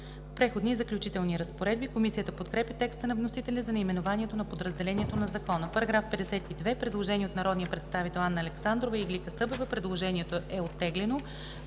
„Преходни и заключителни разпоредби“. Комисията подкрепя текста на вносителя за наименованието на подразделението на Закона. По § 52 има предложение от народните представители Анна Александрова и Иглика Иванова-Събева. Предложението е оттеглено.